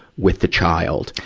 with the child.